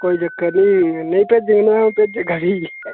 कोई चक्कर निं भेजी ओड़ना अ'ऊं भेजगा भी